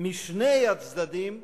משני הצדדים,